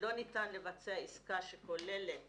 לא ניתן לבצע עסקה שכוללת